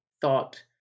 thought